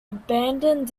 abandoned